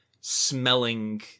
smelling